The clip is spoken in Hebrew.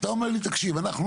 אתה אומר לי, תקשיב, אנחנו